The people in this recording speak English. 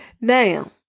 Now